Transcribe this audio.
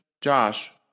Josh